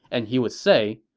and he would say,